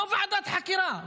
לא ועדת חקירה,